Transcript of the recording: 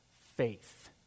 faith